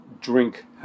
drink